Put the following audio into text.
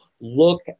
look